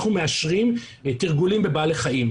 אנחנו מאשרים תרגולים בבעלי חיים.